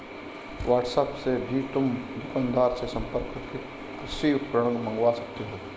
WhatsApp से भी तुम दुकानदार से संपर्क करके कृषि उपकरण मँगवा सकते हो